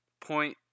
point